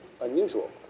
unusual